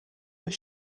were